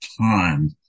time